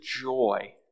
joy